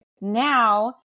Now